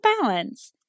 balance